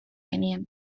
genien